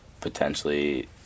potentially